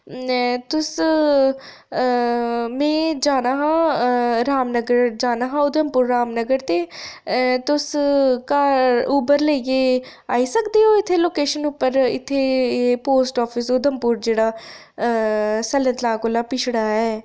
तुस में जाना हा रामनगर जाना हा उधमपूर रामनगर ते तुस घर उबर लेइयै आई सकदे ओ इत्थै लोकेशन उप्पर पोस्ट ऑफिस जेह्ड़ा सैले तलाऽ कोला पिछड़ा ऐ उत्थै